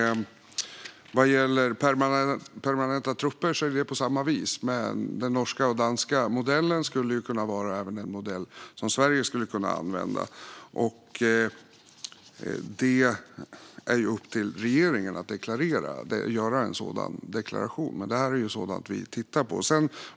Vad gäller permanenta trupper är det på samma vis. Den norska och danska modellen skulle kunna vara en modell även för Sverige. Det är upp till regeringen att göra en sådan deklaration, men det här är sådant vi tittar på.